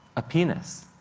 a penis.